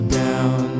down